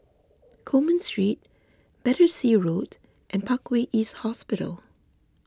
Coleman Street Battersea Road and Parkway East Hospital